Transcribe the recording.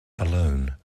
alone